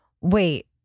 wait